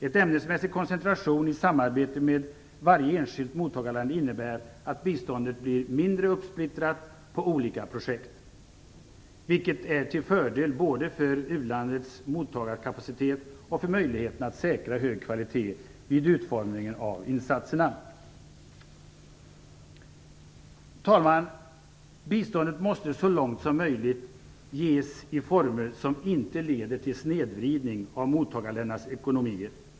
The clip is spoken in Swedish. En ämnesmässig koncentration i samarbete med varje enskilt mottagarland innebär att biståndet blir mindre uppsplittrat på olika projekt, vilket är till fördel både för u-landets mottagarkapacitet och för möjligheterna att säkra hög kvalitet vid utformningen av insatserna. Herr talman! Biståndet måste så långt som möjligt ges i former som inte leder till snedvridning av mottagarländernas ekonomier.